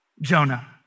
Jonah